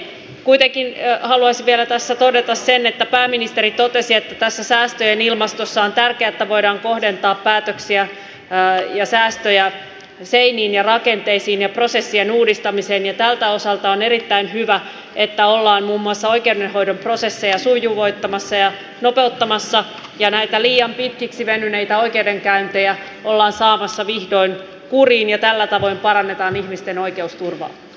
kuitenkin haluaisin vielä tässä todeta sen että pääministeri totesi että tässä säästöjen ilmastossa on tärkeää että voidaan kohdentaa päätöksiä ja säästöjä seiniin ja rakenteisiin ja prosessien uudistamiseen ja tältä osalta on erittäin hyvä että ollaan muun muassa oikeudenhoidon prosesseja sujuvoittamassa ja nopeuttamassa ja näitä liian pitkiksi venyneitä oikeudenkäyntejä ollaan saamassa vihdoin kuriin ja tällä tavalla parannetaan ihmisten oikeusturvaa